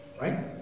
Right